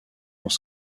dans